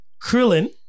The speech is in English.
Krillin